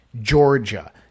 Georgia